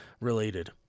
related